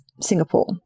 Singapore